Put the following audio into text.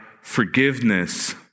forgiveness